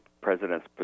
president's